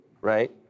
right